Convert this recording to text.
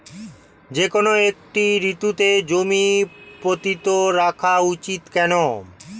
যেকোনো একটি ঋতুতে জমি পতিত রাখা উচিৎ কেন?